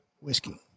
Whiskey